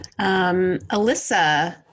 Alyssa